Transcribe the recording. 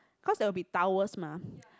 cause there will be towers mah